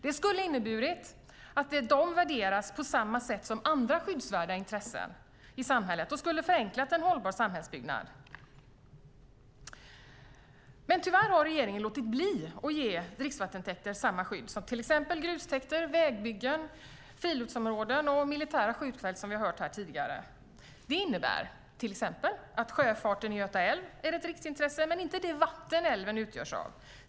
Det skulle ha inneburit att de värderas på samma sätt som andra skyddsvärda intressen i samhället, och det skulle ha förenklat en hållbar samhällsbyggnad. Regeringen har tyvärr låtit bli att ge dricksvattentäkter samma skydd som till exempel grustäkter, vägbyggen, friluftsområden och, som vi har hört, militära skjutfält. Det innebär att sjöfarten i Göta älv är ett riksintresse, men inte det vatten som älven utgörs av.